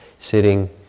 sitting